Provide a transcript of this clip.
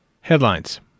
Headlines